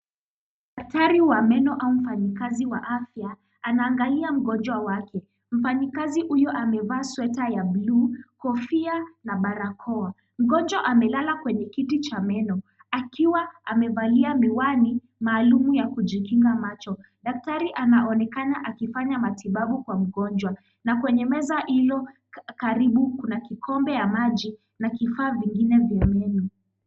Daktari wa meno au mfanyikazi wa afya anaangalia mgonjwa wake. Mfanyikazi huyu amevaa sweta ya bluu, kofia na barakoa. Mgonjwa amelala kwenye kiti cha meno akiwa amevalia miwani maalum ya kujikinga macho. Daktari anaonekana akifanya matibabu kwa mgonjwa na kwenye meza hilo karibu kuna kikombe ya maji na kifaa vingine vya meno.